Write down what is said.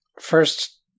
first